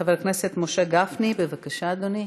חבר הכנסת משה גפני, בבקשה, אדוני.